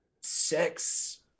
sex